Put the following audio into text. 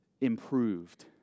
improved